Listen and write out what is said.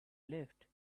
left